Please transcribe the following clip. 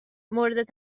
مورد